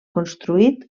construït